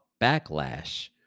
backlash